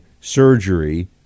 surgery